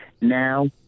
Now